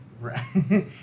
Right